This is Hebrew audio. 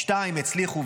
השתיים הצליחו,